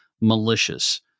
malicious